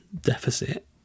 deficit